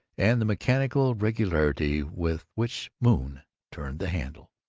and the mechanical regularity with which moon turned the handle.